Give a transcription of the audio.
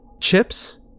chips